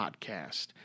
podcast